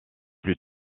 plus